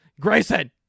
Grayson